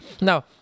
Now